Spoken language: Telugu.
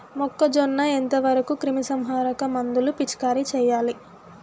మొక్కజొన్న ఎంత వరకు క్రిమిసంహారక మందులు పిచికారీ చేయాలి?